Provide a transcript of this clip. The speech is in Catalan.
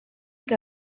que